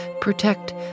protect